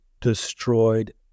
destroyed